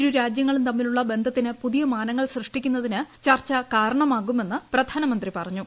ഇരുരാജ്യങ്ങളും തമ്മിലുള്ള ബന്ധത്തിന് പുതിയ മാനങ്ങൾ സൃഷ്ടിക്കുന്നതിന് ചർച്ച കാരണമാകുമെന്ന് പ്രധാനമന്ത്രി പറഞ്ഞു